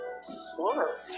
smart